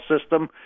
system